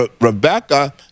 Rebecca